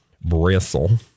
bristle